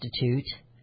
Institute